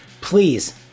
Please